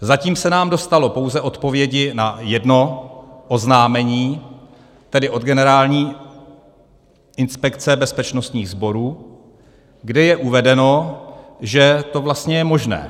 Zatím se nám dostalo pouze odpovědi na jedno oznámení, tedy od Generální inspekce bezpečnostních sborů, kde je uvedeno, že to vlastně je možné.